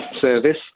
service